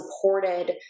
supported